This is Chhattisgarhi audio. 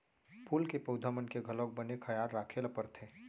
फूल के पउधा मन के घलौक बने खयाल राखे ल परथे